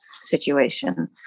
situation